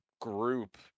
group